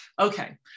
Okay